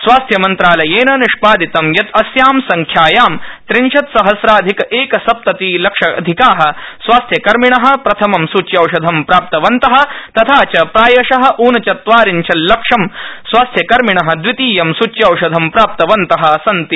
स्वास्थ्य मन्त्रालयेन निष्पादितं यत् अस्यां संख्यायां त्रिंशत्सहस्राधिक एक सप्ततिलक्षाधिका स्वास्थ्यकर्मिण प्रथमं सूच्योषधं प्राप्तवन्त तथा च प्रायश ऊनचत्वारिंशत्लक्षं स्वास्थ्यकर्मिण द्वितीयं सूच्यौषधं प्राप्तवन्तः सन्ति